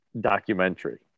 documentary